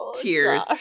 tears